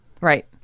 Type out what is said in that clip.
Right